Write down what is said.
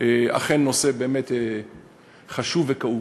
אכן נושא באמת חשוב וכאוב.